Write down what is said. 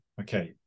Okay